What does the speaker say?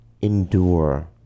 endure